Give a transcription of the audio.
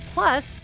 Plus